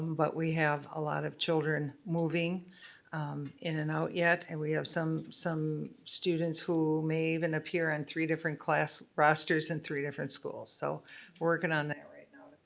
but we have a lot of children moving in and out yet, and we have some some students who may even and appear on three different class rosters in three different schools. so we're working on that right now.